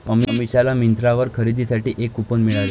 अमिषाला मिंत्रावर खरेदीसाठी एक कूपन मिळाले